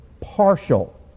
partial